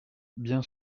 bien